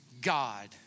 God